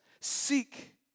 Seek